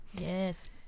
Yes